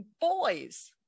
boys